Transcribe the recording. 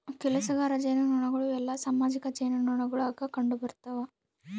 ಕೆಲಸಗಾರ ಜೇನುನೊಣಗಳು ಎಲ್ಲಾ ಸಾಮಾಜಿಕ ಜೇನುನೊಣಗುಳಾಗ ಕಂಡುಬರುತವ